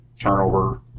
turnover